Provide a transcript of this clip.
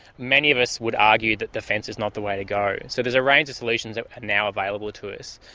many in of us would argue that the fence is not the way to go. so there's a range of solutions that are now available to us.